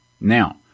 Now